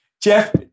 Jeff